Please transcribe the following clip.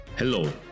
Hello